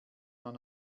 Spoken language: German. man